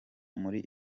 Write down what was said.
muri